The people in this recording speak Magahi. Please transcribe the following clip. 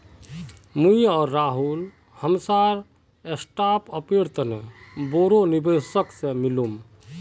मुई आर राहुल हमसार स्टार्टअपेर तने बोरो निवेशक से मिलुम